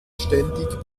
ständig